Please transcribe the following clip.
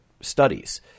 studies